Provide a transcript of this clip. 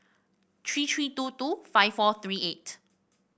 three three two two five four three eight